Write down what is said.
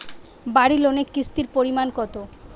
বাড়ি লোনে কিস্তির পরিমাণ কত?